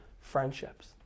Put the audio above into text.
friendships